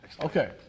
Okay